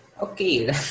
Okay